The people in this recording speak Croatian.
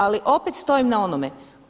Ali opet stojim na onome.